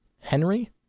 Henry